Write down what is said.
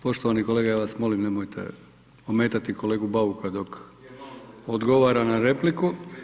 Poštovani kolega ja vas molim nemojte ometati kolegu Bauka dok odgovara na repliku.